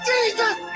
Jesus